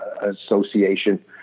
Association